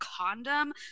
condom